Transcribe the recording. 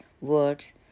words